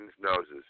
noses